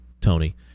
Tony